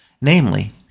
Namely